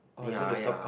ya ya